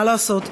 מה לעשות.